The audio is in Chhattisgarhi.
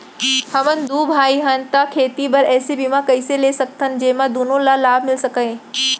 हमन दू भाई हन ता खेती बर ऐसे बीमा कइसे ले सकत हन जेमा दूनो ला लाभ मिलिस सकए?